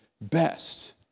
best